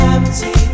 Empty